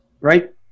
right